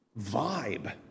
vibe